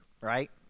right